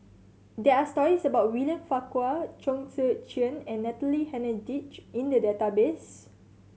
there are stories about William Farquhar Chong Tze Chien and Natalie Hennedige in the database